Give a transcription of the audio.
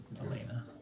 Elena